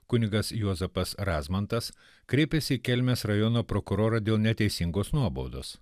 kunigas juozapas razmantas kreipėsi į kelmės rajono prokurorą dėl neteisingos nuobaudos